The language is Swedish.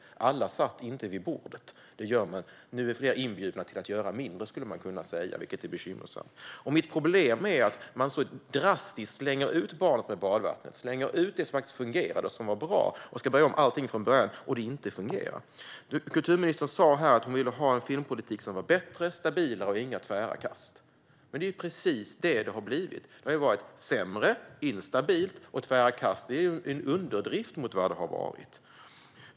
Alla satt inte vid bordet. Det gör man nu, men man skulle kunna säga att fler nu är inbjudna till att göra mindre, vilket är bekymmersamt. Problemet är att man så drastiskt slänger ut barnet med badvattnet. Man slänger ut det som fungerade och var bra. Nu ska man göra om allting från början, och det fungerar inte. Kulturministern sa här att hon vill ha en filmpolitik som var bättre, stabilare och utan tvära kast. Men det har blivit precis tvärtom. Det har blivit sämre, instabilt och med tvära kast, för att komma med en underdrift jämfört med hur det har varit.